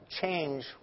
change